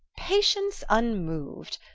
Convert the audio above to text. patience unmov'd!